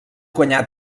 guanyà